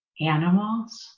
animals